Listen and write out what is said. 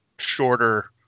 shorter